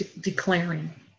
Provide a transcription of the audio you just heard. declaring